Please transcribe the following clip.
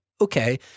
okay